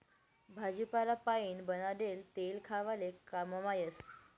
भाजीपाला पाइन बनाडेल तेल खावाले काममा येस